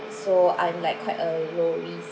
so I'm like quite a low risk